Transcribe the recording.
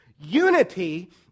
Unity